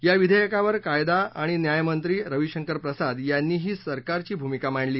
या विधेयकावर कायदा आण न्यायमंत्री रविशंकर प्रसाद यांनीही सरकारची भूमिका मांडली